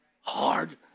hard